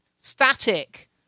static